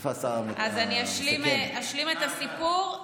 אז אני אשלים את הסיפור.